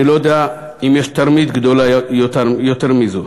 אני לא יודע אם יש תרמית גדולה יותר מזו.